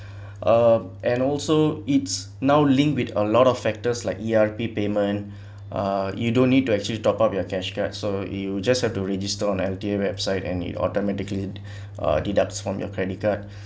uh and also it's now linked with a lot of factors like E_R_P payment uh you don't need to actually top up your cash card so you just have to register on L_T_A website and it automatically uh deduct from your credit card